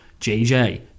JJ